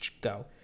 go